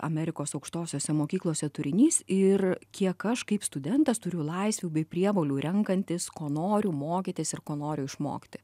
amerikos aukštosiose mokyklose turinys ir kiek aš kaip studentas turiu laisvių bei prievolių renkantis ko noriu mokytis ir ko noriu išmokti